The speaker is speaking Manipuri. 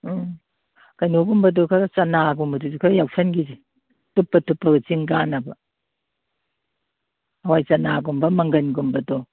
ꯎꯝ ꯀꯩꯅꯣꯒꯨꯝꯕꯗꯣ ꯈꯔ ꯆꯅꯥꯒꯨꯝꯕꯗꯨꯗꯤ ꯈꯔ ꯌꯥꯎꯁꯟꯈꯤꯁꯤ ꯇꯨꯞꯄ ꯇꯨꯞꯄꯒ ꯆꯤꯡ ꯀꯥꯅꯕ ꯍꯣꯏ ꯆꯅꯥꯒꯨꯝꯕ ꯃꯪꯒꯟꯒꯨꯝꯕꯗꯣ